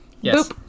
Yes